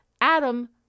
Adam